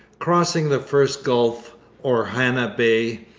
crossing the first gulf or hannah bay,